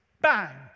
bang